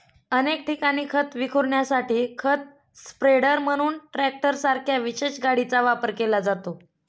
अनेक ठिकाणी खत विखुरण्यासाठी खत स्प्रेडर म्हणून ट्रॅक्टरसारख्या विशेष गाडीचा वापर केला जातो